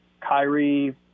Kyrie